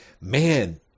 man